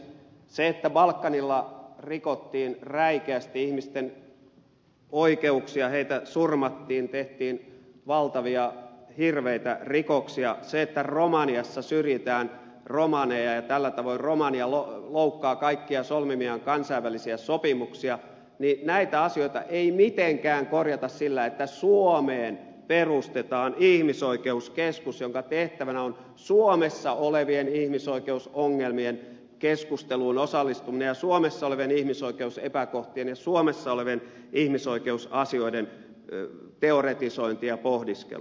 sitä että balkanilla rikottiin räikeästi ihmisten oikeuksia heitä surmattiin tehtiin valtavia hirveitä rikoksia ja sitä että romaniassa syrjitään romaneja ja tällä tavoin romania loukkaa kaikkia solmimiaan kansainvälisiä sopimuksia näitä asioita ei mitenkään korjata sillä että suomeen perustetaan ihmisoikeuskeskus jonka tehtävänä on osallistuminen keskusteluun suomessa olevista ihmisoikeusongelmista ja suomessa olevien ihmisoikeusepäkohtien ja suomessa olevien ihmisoikeusasioiden teoretisointi ja pohdiskelu